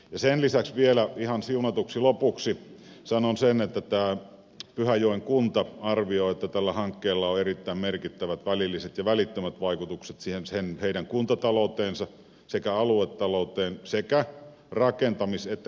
sen lisäksi vielä ihan siunatuksi lopuksi sanon sen että pyhäjoen kunta arvioi että tällä hankkeella on erittäin merkittävät välilliset ja välittömät vaikutukset heidän kuntatalouteensa ja aluetalouteen sekä rakentamis että käyttövaiheessa